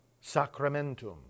sacramentum